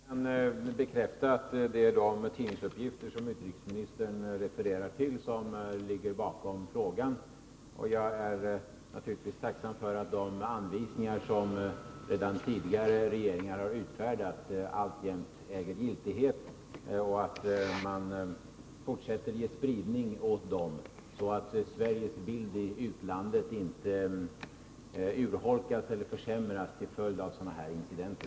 Herr talman! Jag kan bekräfta att det är de tidningsuppgifter som utrikesministern refererar till som ligger bakom frågan. Jag är naturligtvis tacksam för att de anvisningar som redan tidigare regeringar har utfärdat alltjämt äger giltighet och att man fortsätter att ge spridning åt dem, så att bilden av Sverige i utlandet inte urholkas eller försämras till följd av sådana här incidenter.